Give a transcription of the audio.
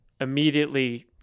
Immediately